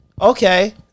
Okay